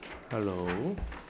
hello